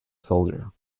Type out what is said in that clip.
soldier